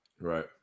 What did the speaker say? Right